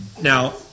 Now